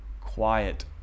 quiet